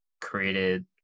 created